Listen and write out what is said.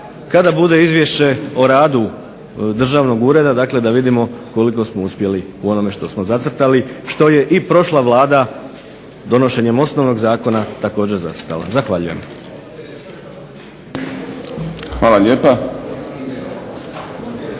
kada bude izvješće o radu državnog ureda da vidimo koliko smo uspjeli u onome što smo zacrtali, što je i prošla Vlada donošenjem osnovnog zakona također zacrtala. Zahvaljujem. **Šprem,